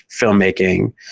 filmmaking